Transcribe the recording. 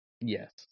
Yes